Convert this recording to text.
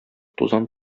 тузан